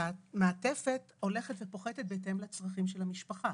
המעטפת הולכת ופוחתת בהתאם לצרכים של המשפחה.